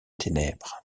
ténèbres